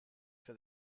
for